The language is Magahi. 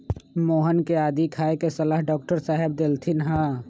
मोहन के आदी खाए के सलाह डॉक्टर साहेब देलथिन ह